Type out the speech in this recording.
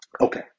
Okay